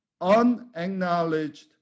Unacknowledged